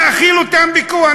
נאכיל אותם בכוח,